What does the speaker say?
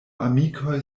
amikoj